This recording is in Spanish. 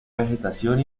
vegetación